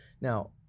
Now